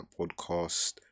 podcast